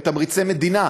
עם תמריצי מדינה.